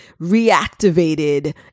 reactivated